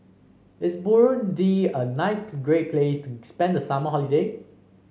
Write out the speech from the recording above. is Burundi a nice great place to spend the summer holiday